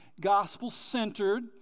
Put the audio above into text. gospel-centered